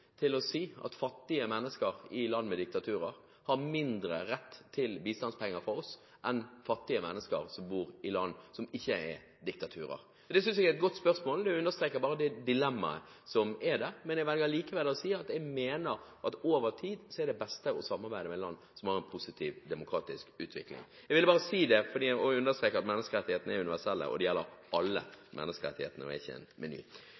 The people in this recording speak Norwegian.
til bistandspenger fra oss enn fattige mennesker som bor i land som ikke er diktaturer? Det synes jeg er et godt spørsmål. Det understreker bare det dilemmaet som er der. Men jeg mener likevel at det over tid er best å samarbeide med land som har en positiv demokratisk utvikling. Jeg ville bare si det og understreke at menneskerettighetene er universelle, og det gjelder alle menneskerettighetene og er ikke en meny. Jeg